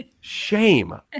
Shame